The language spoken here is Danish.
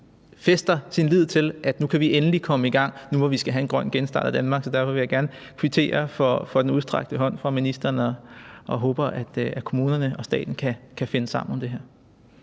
fæster sin lid til, at vi endelig kan komme i gang, nu vi skal have en grøn genstart af Danmark. Så derfor vil jeg gerne kvittere for den udstrakte hånd fra ministeren, og jeg håber, at kommunerne og staten kan finde sammen om det her.